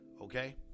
okay